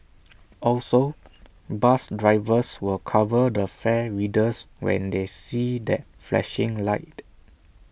also bus drivers will cover the fare readers when they see that flashing light